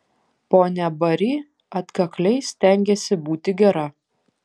ponia bari atkakliai stengėsi būti gera